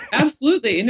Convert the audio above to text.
absolutely. you know